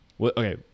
Okay